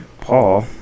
Paul